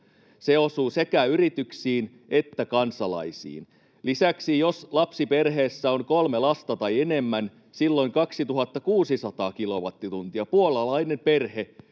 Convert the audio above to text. se osuu sekä yrityksiin että kansalaisiin. Lisäksi, jos lapsiperheessä on kolme lasta tai enemmän, silloin puolalainen perhe